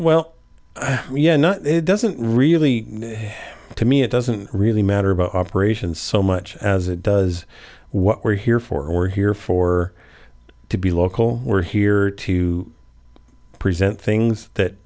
well yeah it doesn't really to me it doesn't really matter about operation so much as it does what we're here for here for to be local we're here to present things that